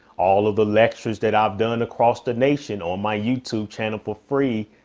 all of the lectures that i've done across the nation on my youtube channel for free,